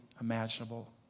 imaginable